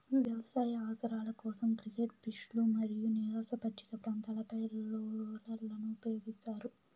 వ్యవసాయ అవసరాల కోసం, క్రికెట్ పిచ్లు మరియు నివాస పచ్చిక ప్రాంతాలపై రోలర్లను ఉపయోగిస్తారు